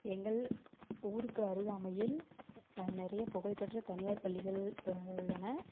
எங்கள் ஊருக்கு அருகாமையில் நிறைய புகழ்பெற்ற தனியார் பள்ளிகள் உள்ளன